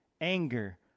anger